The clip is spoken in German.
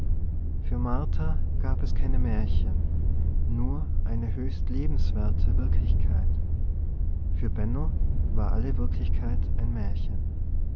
für martha gab es keine märchen nur eine höchst lebenswerte wirklichkeit für benno war alle wirklichkeit ein märchen